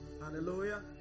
Hallelujah